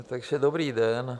Takže dobrý den.